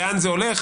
לאן זה הולך?